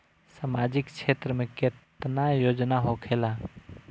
सामाजिक क्षेत्र में केतना योजना होखेला?